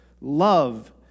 love